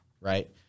right